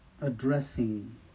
addressing